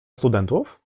studentów